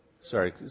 Sorry